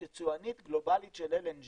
להיות יצואנית גלובלית של LNG